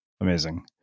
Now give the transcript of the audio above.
Amazing